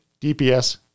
DPS